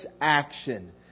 action